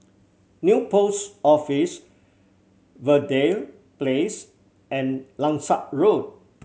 New Post Office Verde Place and Langsat Road